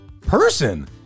person